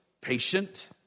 patient